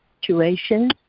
situation